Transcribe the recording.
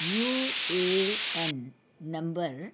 U A N number